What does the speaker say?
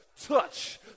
touch